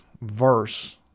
verse